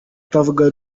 utavuga